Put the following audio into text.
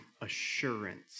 assurance